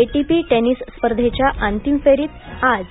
ATP tennis स्पर्धेच्या अंतिम फेरीत आज